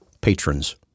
patrons